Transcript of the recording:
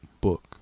book